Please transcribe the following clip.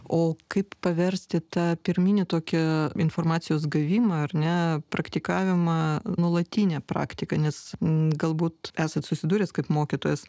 o kaip paversti tą pirminį tokį informacijos gavimą ar ne praktikavimą nuolatine praktika nes galbūt esat susidūręs kaip mokytojas